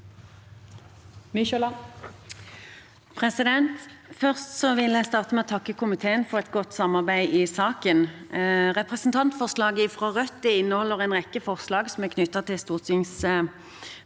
for saken): Jeg vil starte med å takke komiteen for et godt samarbeid i saken. Representantforslaget fra Rødt inneholder en rekke forslag knyttet til stortingsbehandling